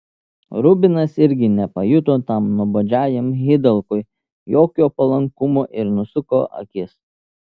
rubinas irgi nepajuto tam nuobodžiajam hidalgui jokio palankumo ir nusuko akis